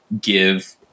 give